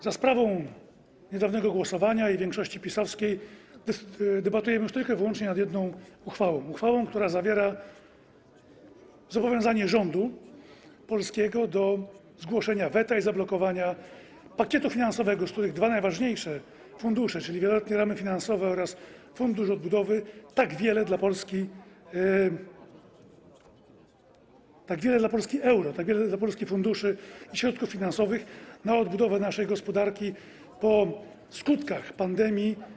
Za sprawą niedawnego głosowania i większości PiS-owskiej debatujemy już tylko i wyłącznie nad jedną uchwałą, która zawiera zobowiązanie rządu polskiego do zgłoszenia weta i zablokowania pakietu finansowego, z którego dwa najważniejsze fundusze, czyli wieloletnie ramy finansowe oraz fundusz odbudowy, niosą ze sobą tak wiele euro dla Polski, tak wiele dla polskich funduszy i tak wiele środków finansowych na odbudowę naszej gospodarki po skutkach pandemii.